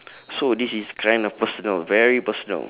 so this is kinda personal very personal